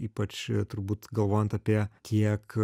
ypač turbūt galvojant apie tiek